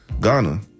Ghana